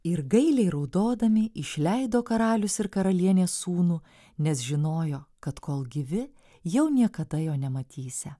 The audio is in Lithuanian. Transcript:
ir gailiai raudodami išleido karalius ir karalienė sūnų nes žinojo kad kol gyvi jau niekada jo nematysią